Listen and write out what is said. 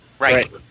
Right